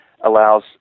allows